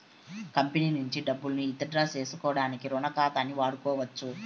company నుంచి డబ్బుల్ని withdraw సేసుకోడానికి రుణ ఖాతాని వాడుకోవచ్చు